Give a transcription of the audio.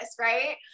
right